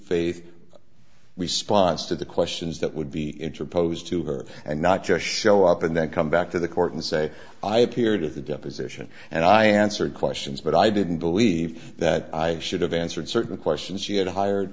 faith response to the questions that would be interposed to her and not just show up and then come back to the court and say i appeared at the deposition and i answered questions but i didn't believe that i should have answered certain questions she had hired